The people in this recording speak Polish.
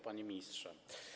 Panie Ministrze!